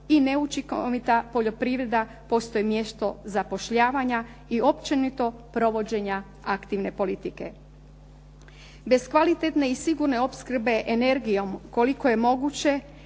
i neučinkovita poljoprivreda postaju mjesto zapošljavanja i općenito provođenja aktivne politike. Bez kvalitetne i sigurne opskrbe energijom koliko je moguće